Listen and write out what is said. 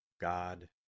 God